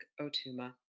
O'Tuma